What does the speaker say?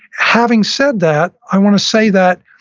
having said that, i want to say that